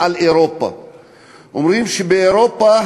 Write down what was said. על אירופה.